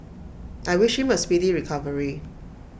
I wish him A speedy recovery